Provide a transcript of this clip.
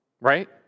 right